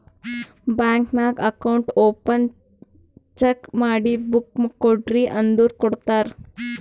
bank ನಾಗ್ account open cheque ಮಾಡಿ book ಕೊಡ್ರಿ ಅಂದುರ್ ಕೊಡ್ತಾರ್